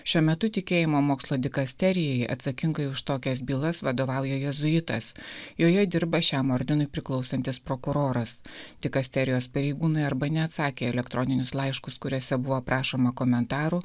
šiuo metu tikėjimo mokslo dikasterijai atsakingai už tokias bylas vadovauja jėzuitas joje dirba šiam ordinui priklausantis prokuroras dikasterijos pareigūnui arba neatsakė į elektroninius laiškus kuriuose buvo prašoma komentarų